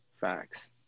Facts